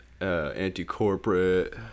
anti-corporate